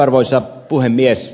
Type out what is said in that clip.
arvoisa puhemies